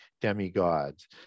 demigods